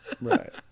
right